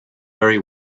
very